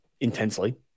intensely